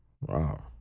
Wow